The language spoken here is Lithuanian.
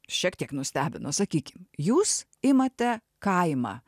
šiek tiek nustebino sakykim jūs imate kaimą